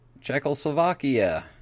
Czechoslovakia